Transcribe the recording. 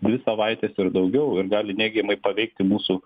dvi savaites ir daugiau ir gali neigiamai paveikti mūsų